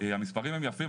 המספרים הם יפים,